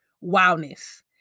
wildness